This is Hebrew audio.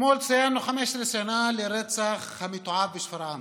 אתמול ציינו 15 שנה לרצח המתועב בשפרעם,